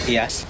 Yes